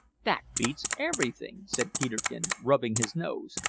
that beats everything! said peterkin, rubbing his nose,